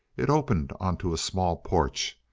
it opened onto a small porch,